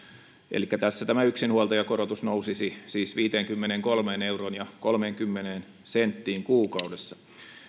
elikkä tässä yksinhuoltajakorotus nousisi siis viiteenkymmeneenkolmeen euroon ja kolmeenkymmeneen senttiin kuukaudessa